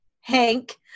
Hank